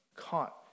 caught